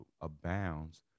abounds